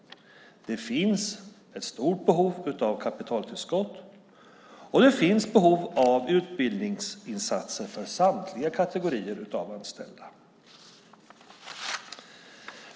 Det finns ett stort behov av kapitaltillskott, och det finns behov av utbildningsinsatser för samtliga kategorier av anställda.